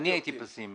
אני הייתי פסימי.